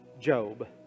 Job